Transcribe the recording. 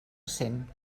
cent